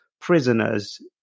prisoners